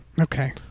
Okay